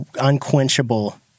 unquenchable